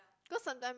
cause sometime